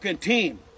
team